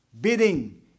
bidding